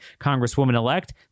Congresswoman-elect